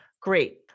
Great